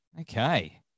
Okay